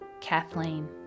Kathleen